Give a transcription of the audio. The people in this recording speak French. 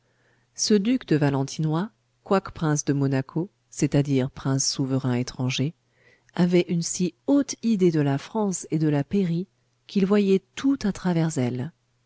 ce duc de valentinois quoique prince de monaco c'est-à-dire prince souverain étranger avait une si haute idée de la france et de la pairie qu'il voyait tout à travers elles